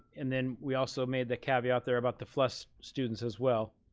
and then we also made the caveat there about the flex students as well.